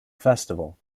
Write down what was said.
festival